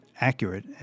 accurate